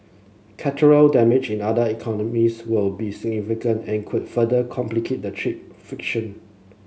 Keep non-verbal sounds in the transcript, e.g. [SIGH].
[UNINTELLIGIBLE] damage in other economies will be significant and could further complicate the trade friction